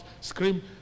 scream